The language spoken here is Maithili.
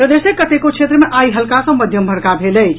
प्रदेशक कतेको क्षेत्र मे आई हल्का सँ मध्यम वर्षा भेल अछि